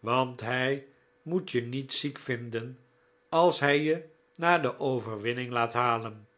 want hij moet je niet ziek vinden als hij je na de overwinning laat halen